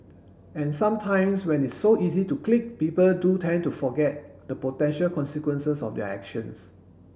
and sometimes when it's so easy to click people do tend to forget the potential consequences of their actions